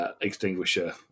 extinguisher